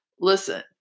Listen